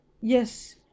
yes